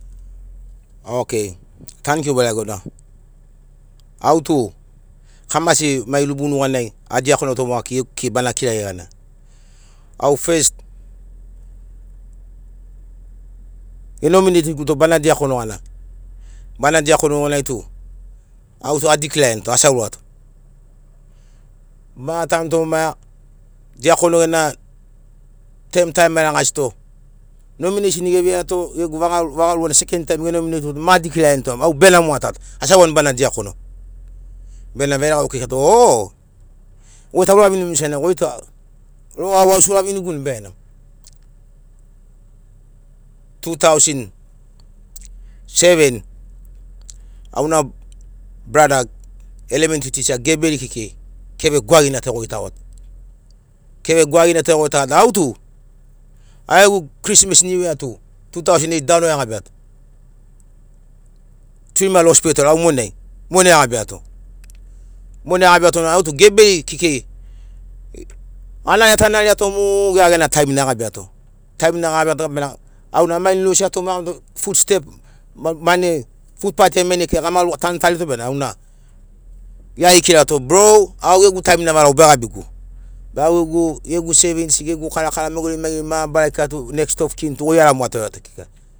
O kai tanikiu baregona au tu kamasi mai rubu nuganai a diakonoto mai kiragia gana au feist ge nominetiguto bana diakono gana bana diakono nuganai tu au tu adiclainto asi aurato ma atanuto ma diakono gena term ta ema ragasito nomineshen geveiato gegu vaga ruana seken taim genominetiguto ma adiclainto au benamo atato au asi aurani bana diakono bena veregauka ikirato o goi tu aura vinimu senagi goi tu rogo au to asi ouraviniguni bena 2007 au na brada elementri teacher geberi kekei keve gwagigina ta gegoitagoato keve gwagigina ta egoitagoato au to au gegu chismasi niu ia tu 2008 danuiai agabiato 3 mile hospital au monai au to geberi kekei anariato anariato mo gia gena taim na egabiato taimina egabiato bena au na ama uni losi atovfut step mani futpati ai ma eiagoto mainai kekei gama tanutarito bena au n gia ikirato bro au gegu taim na varau begabigu be au gegu geu savings gegu karakara mogeri mai geri mabarari keka tu next of kin togoi aramu atoreto kekei